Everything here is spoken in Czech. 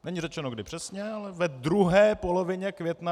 Není řečeno, kdy přesně, ale ve druhé polovině května 2016.